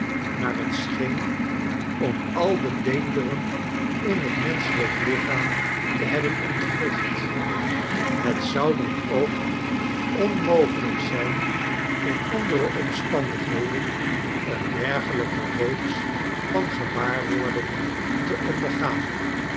naar t scheen om al de beenderen in t menschelijk lichaam te hebben ontwricht het zou dan ook onmogelijk zijn in andere omstandigheden een dergelijke reeks van gewaarwordingen te ondergaan